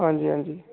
ਹਾਂਜੀ ਹਾਂਜੀ